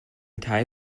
tie